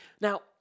Now